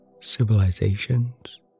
civilizations